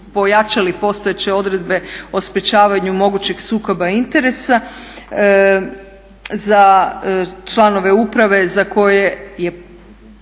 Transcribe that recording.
postojeće odredbe o sprečavanju mogućeg sukoba interesa. Za članove uprave za koje je